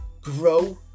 grow